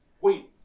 Wait